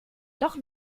doch